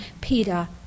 Peter